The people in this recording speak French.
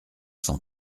cent